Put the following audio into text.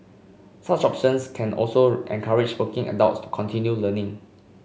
such options can also encourage working adults to continue learning